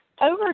over